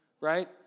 right